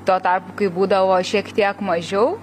tuo tarpu kai būdavo šiek tiek mažiau